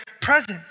presence